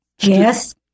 Yes